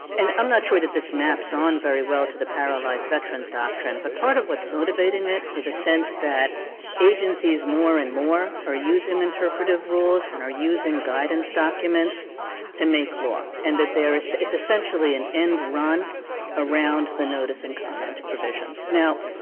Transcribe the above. and i'm not sure that this maps on very well to the paralyzed veterans doctrine, but part of what's motivating it is a sense that agencies more and more are using interpretative rules and are using guidance documents to make law and that there is it's essentially an end run around the notice and comment provisions. now,